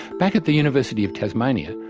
back at the university of tasmania,